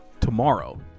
tomorrow